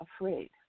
afraid